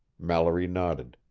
mallory nodded.